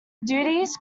duties